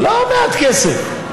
זה לא מעט כסף.